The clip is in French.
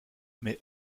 mais